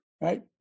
Right